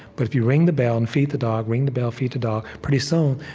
but if you ring the bell and feed the dog, ring the bell, feed the dog pretty soon,